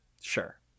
sure